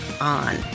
on